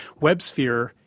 WebSphere